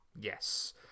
Yes